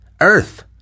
Earth